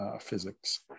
physics